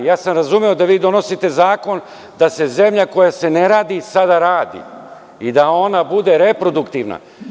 Ja sam razumeo da vi donosite zakon da se zemlja koja se ne radi sada radi i da ona bude reproduktivna.